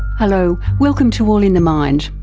hello, welcome to all in the mind,